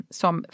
som